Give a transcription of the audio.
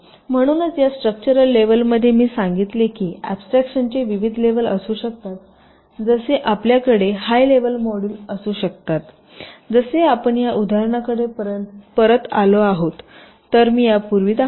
म्हणूनच या स्ट्रक्चरल लेव्हलमध्ये मी सांगितले की ऍब्स्ट्रक्शनचे विविध लेव्हल असू शकतात जसे आपल्याकडे हाय लेव्हल मॉड्यूल असू शकतात जसे आपण या उदाहरणाकडे परत आलो तर मी यापूर्वी दाखवले